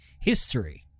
history